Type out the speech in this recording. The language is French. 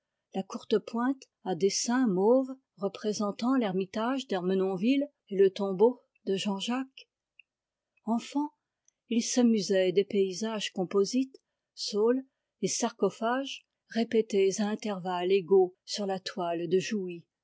la courtepointe à dessins mauves représentant l'ermitage d'ermenonville et le tombeau de jean-jacques enfant il s'amusait des paysages composites saules et sarcophages répétés à intervalles égaux sur la toile de jouy